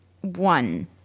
one